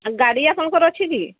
ଗାଡ଼ି ଆପଣଙ୍କର ଅଛି କି